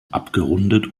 abgerundet